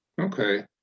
Okay